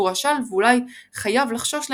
הוא רשאי ואולי חייב לחשוש להן,